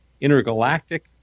intergalactic